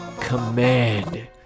command